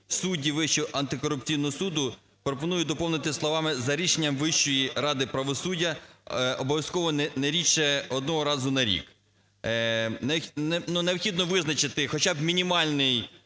"судді Вищого антикорупційного суду" пропоную доповнити словами "за рішенням Вищої ради правосуддя обов'язково не рідше одного разу на рік". Ну, необхідно визначити хоча б мінімальний